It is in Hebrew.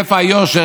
איפה היושר?